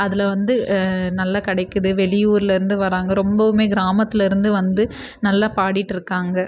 அதில் வந்து நல்ல கிடைக்கிது வெளியூர்லேருந்து வராங்க ரொம்பவுமே கிராமத்தில் இருந்து வந்து நல்லா பாடிகிட்ருக்காங்க